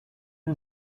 and